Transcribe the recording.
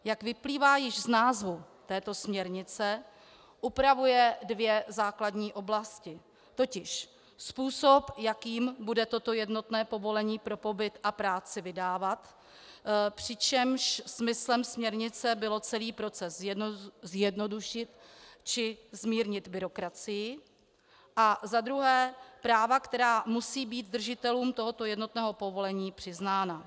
Jak vyplývá již z názvu této směrnice, upravuje dvě základní oblasti, totiž způsob, jakým bude toto jednotné povolení pro pobyt a práci vydávat, přičemž smyslem směrnice bylo celý proces zjednodušit či zmírnit byrokracii, a za druhé práva, která musí být držitelům tohoto jednotného povolení přiznána.